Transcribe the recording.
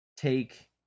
take